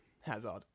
Hazard